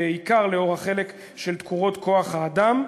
בעיקר לאור החלק של תקורות כוח-האדם,